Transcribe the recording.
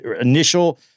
initial